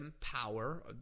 power